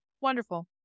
Wonderful